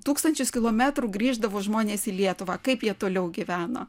tūkstančius kilometrų grįždavo žmonės į lietuvą kaip jie toliau gyveno